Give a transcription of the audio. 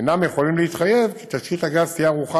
אינם יכולים להתחייב כי תשתית הגז תהיה ערוכה